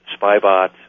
SpyBot